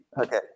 Okay